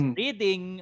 reading